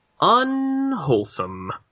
Unwholesome